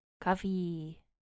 Coffee. (